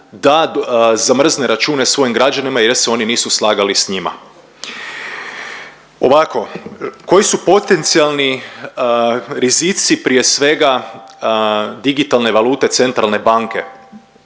da zamrzne račune svojim građanima jer se oni nisu slagali s njima. Ovako, koji su potencijalni rizici prije svega digitalne valute centralne banke?